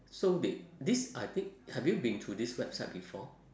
so they this I think have you been to this website before